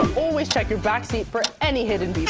always check your backseat for any hidden bieber.